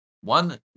one